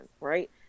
right